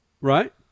Right